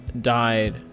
died